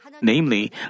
Namely